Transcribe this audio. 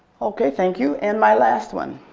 okay, thank you, and my last one.